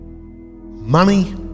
Money